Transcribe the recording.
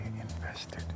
invested